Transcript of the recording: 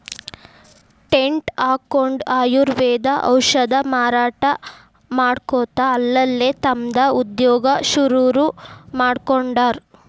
tent ಹಕ್ಕೊಂಡ್ ಆಯುರ್ವೇದ ಔಷಧ ಮಾರಾಟಾ ಮಾಡ್ಕೊತ ಅಲ್ಲಲ್ಲೇ ತಮ್ದ ಉದ್ಯೋಗಾ ಶುರುರುಮಾಡ್ಕೊಂಡಾರ್